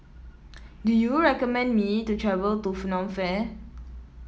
do you recommend me to travel to Phnom Penh